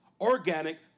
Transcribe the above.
organic